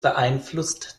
beeinflusst